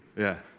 yeah